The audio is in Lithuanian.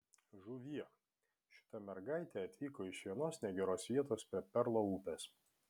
žuvie šita mergaitė atvyko iš vienos negeros vietos prie perlo upės